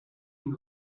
une